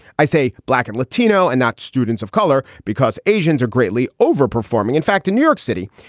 i say black and latino and not students of color because asians are greatly overperforming, in fact, in new york city.